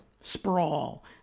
sprawl